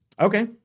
okay